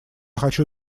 хочу